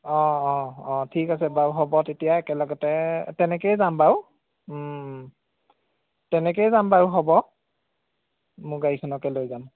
অঁ অঁ অঁ ঠিক আছে বাৰু হ'ব তেতিয়া একেলগতে তেনেকৈয়ে যাম বাৰু তেনেকৈয়ে যাম বাৰু হ'ব মোৰ গাড়ীখনকে লৈ যাম